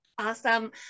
Awesome